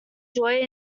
joy